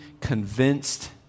convinced